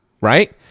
right